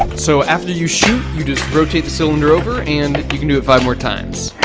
so, after you shoot, you just rotate the cylinder over, and you can do it five more times.